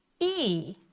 e.